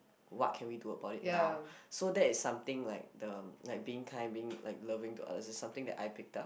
what can we do about it now so that is something like the like being kind being like loving is something I picked up